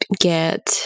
get